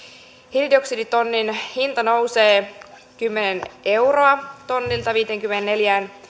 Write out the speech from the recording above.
hiilidioksiditonnin hinta nousee kymmenen euroa tonnilta viiteenkymmeneenneljään